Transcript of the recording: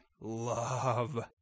love